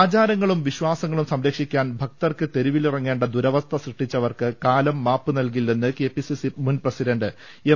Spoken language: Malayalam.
ആചാരങ്ങളും വിശ്വാസങ്ങളും സംരക്ഷിക്കാൻ ഭക്തർക്ക് തെരുവിലിറങ്ങേണ്ട ദുരവസ്ഥ സൃഷ്ടിച്ചവർക്ക് കാലം മാപ്പ് നൽകില്ലെന്ന് കെപിസിസി മുൻ പ്രസിഡന്റ് എം